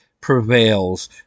prevails